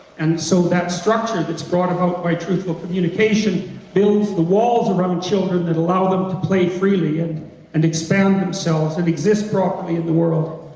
and so that structure that's brought about by truthful communication builds the walls around children that allow them to play freely and and expand themselves and exist properly in the world.